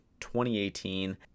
2018